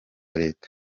leta